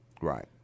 right